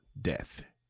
death